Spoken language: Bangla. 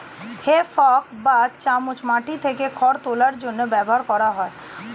হে ফর্ক বা চামচ মাটি থেকে খড় তোলার জন্য ব্যবহার করা হয়